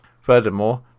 Furthermore